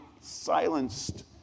silenced